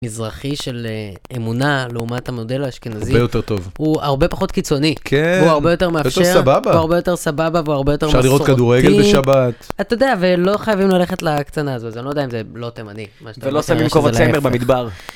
מזרחי של אמונה לעומת המודל האשכנזי, הוא הרבה יותר טוב, הוא הרבה פחות קיצוני, כן, הוא הרבה יותר מאפשר, הוא הרבה יותר סבבה, והוא הרבה יותר מסורתי, אפשר לראות כדורגל בשבת, אתה יודע, ולא חייבים ללכת להקצנה הזו, אני לא יודע אם זה לא תימני, ולא שמים כובע צמר במדבר.